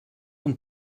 und